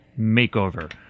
Makeover